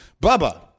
Bubba